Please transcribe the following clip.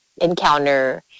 encounter